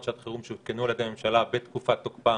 שעת חירום שהותקנו על-ידי הממשלה בתקופת תוקפה